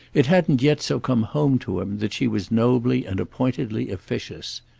it hadn't yet so come home to him that she was nobly and appointedly officious.